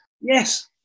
Yes